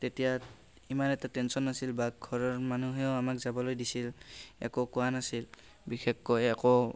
তেতিয়া ইমান এটা টেনচন নাছিল বা ঘৰৰ মানুহেও আমাক যাবলৈ দিছিল একো কোৱা নাছিল বিশেষকৈ একো